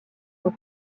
sont